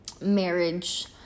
marriage